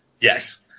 Yes